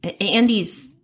Andy's